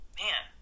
man